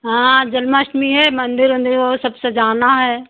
हाँ जन्माष्टमी है मंदिर वन्दिर वो सब सजाना है